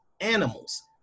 animals